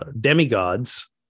demigods